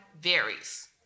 varies